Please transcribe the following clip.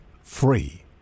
free